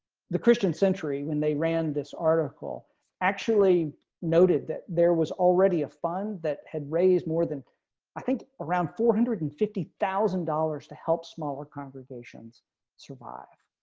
the christian century when they ran this article actually noted that there was already a fund that had raised more than i think around four hundred and fifty thousand dollars to help smaller congregations survive.